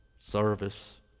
service